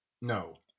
No